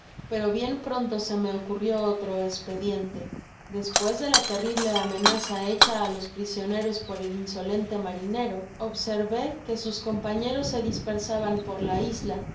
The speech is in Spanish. pero bien pronto se me ocurrió otro espediente despues de la terrible amenaza hecba á los prisioneros por el insolente marinero observé que sus compañeros se dispersaban por la isla con